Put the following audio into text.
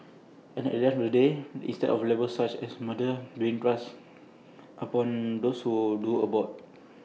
and at the end of the day instead of labels such as murderer being thrust upon those who do abort